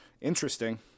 Interesting